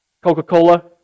coca-cola